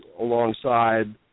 alongside